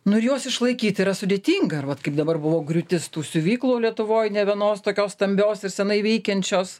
nu ir juos išlaikyt yra sudėtinga ar vat kaip dabar buvo griūtis tų siuvyklų lietuvoj ne vienos tokios stambios ir seniai veikiančios